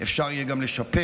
אפשר יהיה גם לשפר